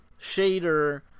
shader